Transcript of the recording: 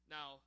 Now